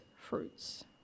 fruits